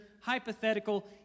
hypothetical